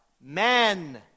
Men